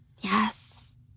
yes